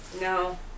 No